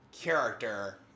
character